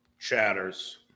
chatters